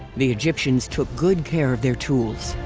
the egyptians took good care of their tools.